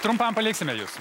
trumpam paliksime jus